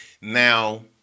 Now